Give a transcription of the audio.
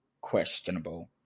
questionable